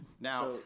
Now